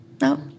No